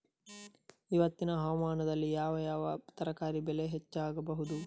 ಇವತ್ತಿನ ಹವಾಮಾನದಲ್ಲಿ ಯಾವ ಯಾವ ತರಕಾರಿ ಬೆಳೆ ಹೆಚ್ಚಾಗಬಹುದು?